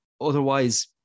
otherwise